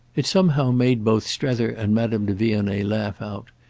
it somehow made both strether and madame de vionnet laugh out,